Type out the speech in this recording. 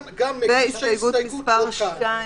גם מגיש ההסתייגות לא כאן,